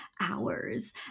hours